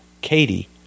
Katie